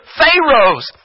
Pharaohs